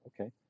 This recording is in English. Okay